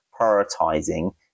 prioritizing